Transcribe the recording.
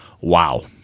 wow